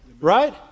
Right